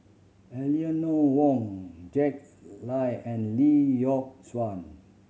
Eleanor Wong Jack Lai and Lee Yock Suan